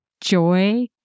joy